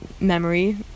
memory